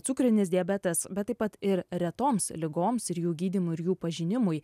cukrinis diabetas bet taip pat ir retoms ligoms ir jų gydymui ir jų pažinimui